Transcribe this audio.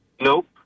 Nope